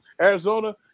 Arizona